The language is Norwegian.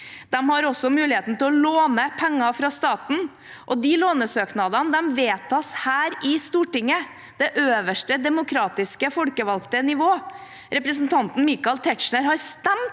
De har også muligheten til å låne penger fra staten, og de lånesøknadene vedtas her i Stortinget, det øverste demokratiske folkevalgte nivået. Representanten Michael Tetzschner har stemt